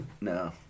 No